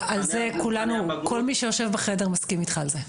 -- כל מי שיושב בחדר מסכים איתך על זה.